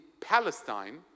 Palestine